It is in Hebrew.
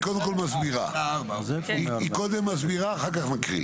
היא קודם כל מסבירה ואחר כך נקריא.